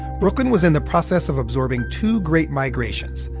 brooklyn was in the process of absorbing two great migrations,